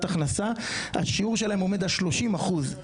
הכנסה השיעור שלהם עומד על .30% אחוז.